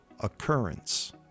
occurrence